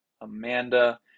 Amanda